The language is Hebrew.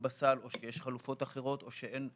בסל או שיש חלופות אחרות או שאין אובדנות,